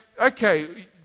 okay